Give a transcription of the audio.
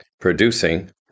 producing